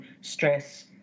stress